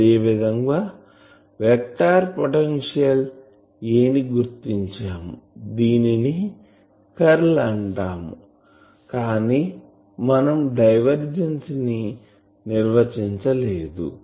అదే విధంగా vector potential A ని గుర్తించాము దీనినే కర్ల్ అంటాము కానీ మనం డైవర్జిన్స్ ని నిర్వచించలేదు